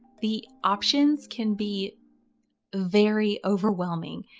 the options can be very overwhelming.